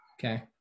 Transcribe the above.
Okay